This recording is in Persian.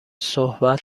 صحبت